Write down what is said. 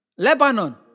Lebanon